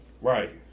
right